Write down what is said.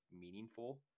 meaningful